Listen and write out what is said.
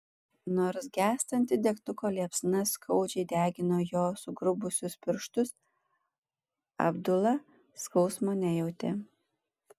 nors gęstanti degtuko liepsna skaudžiai degino jo sugrubusius pirštus abdula skausmo nejautė